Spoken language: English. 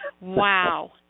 wow